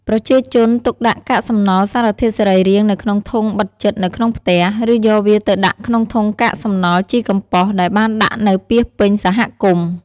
ប្រជាជនទុកដាក់កាកសំណល់សារធាតុសរីរាង្គនៅក្នុងធុងបិទជិតនៅក្នុងផ្ទះ ឬយកវាទៅដាក់ក្នុងធុងកាកសំណល់ជីកំប៉ុសដែលបានដាក់នៅពាសពេញសហគមន៍។